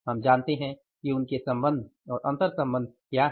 हम जानते हैं कि उनके संबंध और अंतर्संबंध क्या है